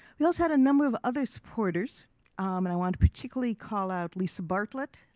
we also had a number of other supporters and i want to particularly call out lisa bartlett.